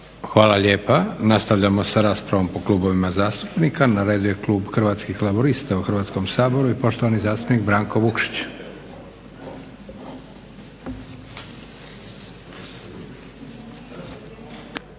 Hvala lijepa. Nastavljamo sa raspravom po klubovima zastupnika. Na redu je klub Hrvatskih laburista u Hrvatskom saboru i poštovani zastupnik Branko Vukšić.